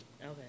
Okay